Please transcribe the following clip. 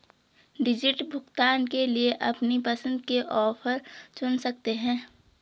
digital भुगतान के लिए अपनी पसंद के ऑफर चुन सकते है